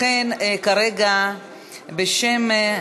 לכן, כרגע אנחנו,